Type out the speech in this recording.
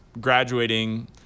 graduating